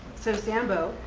so sambo,